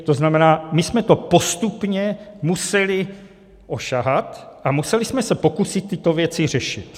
To znamená, my jsme to postupně museli osahat a museli jsme se pokusit tyto věci řešit.